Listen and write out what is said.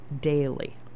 daily